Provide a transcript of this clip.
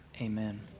amen